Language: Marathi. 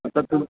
आता तू